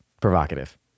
provocative